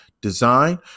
design